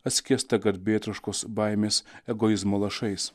atskiesta garbėtroškos baimės egoizmo lašais